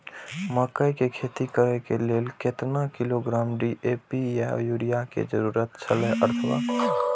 मकैय के खेती करे के लेल केतना किलोग्राम डी.ए.पी या युरिया के जरूरत छला अथवा रसायनिक उर्वरक?